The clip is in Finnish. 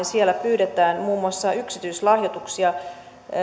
siellä pyydetään muun muassa yksityislahjoituksia